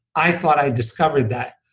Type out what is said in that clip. i thought i discovered that,